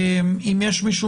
האם יש מישהו